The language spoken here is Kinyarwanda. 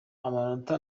amanota